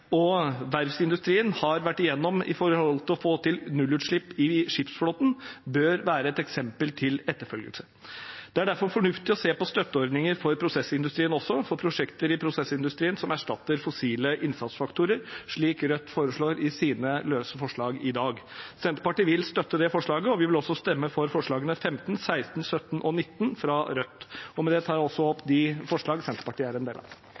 og verftsindustrien har vært gjennom når det gjelder å få til nullutslipp i skipsflåten, bør være et eksempel til etterfølgelse. Det er derfor fornuftig å se på støtteordninger for prosessindustrien også, for prosjekter i prosessindustrien som erstatter fossile innsatsfaktorer, slik Rødt foreslår i et av sine løse forslag i dag. Senterpartiet vil støtte det forslaget, og vi vil også stemme for forslagene nr. 15, 16, 17 og 19, fra Rødt. Med det tar jeg også opp det forslaget Senterpartiet er en del av.